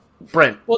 Brent